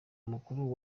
mukuru